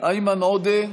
איימן עודה,